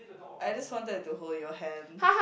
I just wanted to hold your hand